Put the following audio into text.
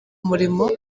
murimo